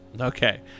Okay